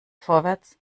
vorwärts